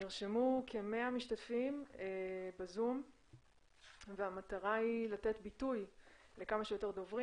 נרשמו כ-100 משתתפים בזום והמטרה היא לתת ביטוי לכמה שיותר דוברים,